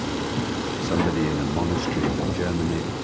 that somebody in a monastery in germany,